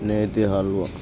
Neti halwa